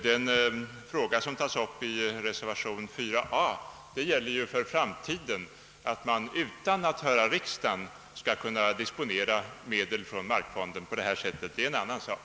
Den fråga som tages upp i reservationen 4a gäller att man för framtiden utan att höra riksdagen skall kunna disponera medel från markfonden. Det är en helt annan sak.